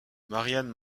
marianne